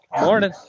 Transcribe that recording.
morning